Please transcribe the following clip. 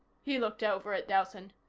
he looked over at dowson.